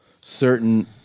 certain